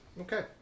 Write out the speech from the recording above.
Okay